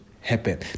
happen